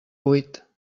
vuit